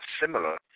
similar